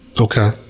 Okay